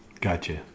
Gotcha